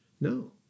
No